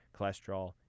cholesterol